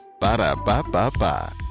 ba-da-ba-ba-ba